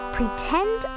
Pretend